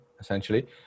essentially